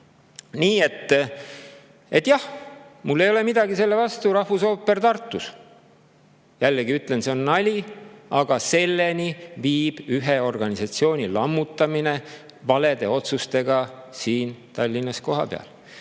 vahendeid. Jah, mul ei ole midagi selle vastu, et rahvusooper on Tartus. Jällegi ütlen, et see on nali, aga selleni viib ühe organisatsiooni lammutamine valede otsustega siin Tallinnas kohapeal.